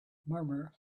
murmur